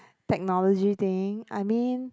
technology thing I mean